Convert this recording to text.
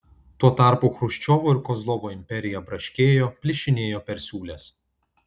tuo tarpu chruščiovo ir kozlovo imperija braškėjo plyšinėjo per siūles